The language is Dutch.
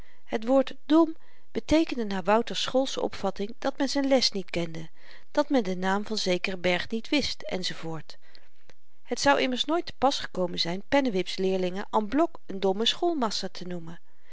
het woord dom beteekende naar wouter's schoolsche opvatting dat men z'n les niet kende dat men den naam van zekeren berg niet wist enz het zou immers nooit te pas gekomen zyn pennewip's leerlingen en bloc n domme schoolmassa te noemen